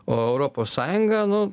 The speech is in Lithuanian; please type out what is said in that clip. o europos sąjunga nu